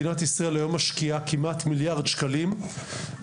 העובדה שמדינת ישראל משקיעה היום כמעט מיליארד שקלים בצהרונים,